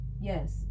yes